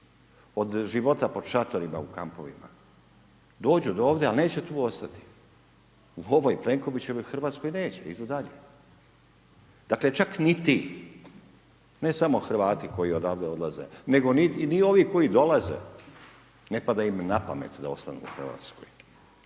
od života pod šatorima u kampovima. Dođu do ovdje, ali neće tu ostati. U ovoj Plenkovićevoj Hrvatskoj neće, idu dalje. Dakle, čak ni ti. Ne samo Hrvati koji odavde odlaze, nego ni ovi koji dolaze, ne pada im na pamet da ostanu u Hrvatskoj.